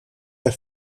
der